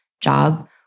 job